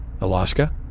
Alaska